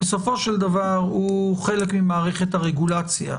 בסופו של דבר הוא חלק ממערכת הרגולציה.